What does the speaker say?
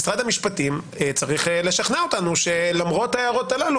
משרד המשפטים צריך לשכנע אותנו שלמרות ההערות הללו,